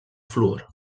fluor